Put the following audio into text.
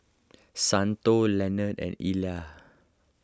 Santo Leonard and Elia